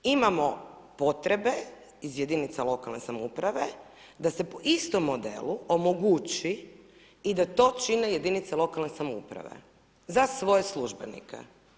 Imamo potrebe iz jedinica lokalne samouprave da se po istom modelu omogući i da to čine jedinice lokalne samouprave za svoje službenike.